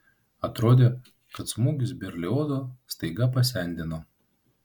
atrodė kad smūgis berliozą staiga pasendino